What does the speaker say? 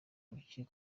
urukino